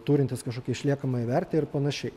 turintis kažkokią išliekamąją vertę ir panašiai